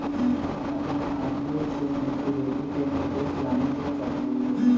हम अप्पन आर.डी के मैचुरीटी के निर्देश जाने के चाहो हिअइ